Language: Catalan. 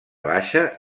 baixa